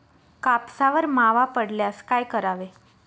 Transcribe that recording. कापसावर मावा पडल्यास काय करावे?